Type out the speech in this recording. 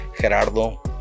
Gerardo